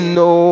no